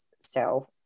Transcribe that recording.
so-